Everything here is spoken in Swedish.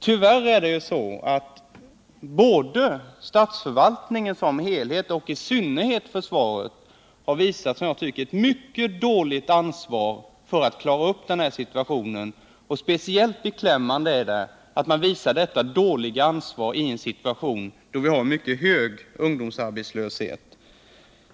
Tyvärr har både statsförvaltningen som helhet och försvaret i synnerhet visat mycket dåligt ansvar för att klara den här situationen. Speciellt beklämmande är det att man visar detta dåliga ansvar i en situation då vi har mycket hög ungdomsarbetslöshet.